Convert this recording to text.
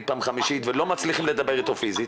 או החמישית ולא מצליחים לדבר איתו פיזית?